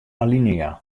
alinea